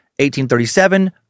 1837